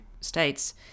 states